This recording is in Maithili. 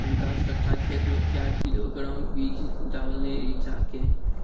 दस कट्ठा खेत मे क्या किलोग्राम बीज डालने रिचा के?